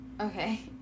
Okay